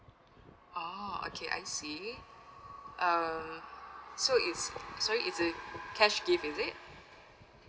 oh okay I see uh so is sorry is a cash gift is it